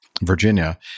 Virginia